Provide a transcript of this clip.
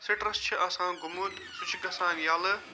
stress چھُ آسان گوٚمُت سُہ چھُ گَژھان یَلہٕ